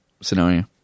scenario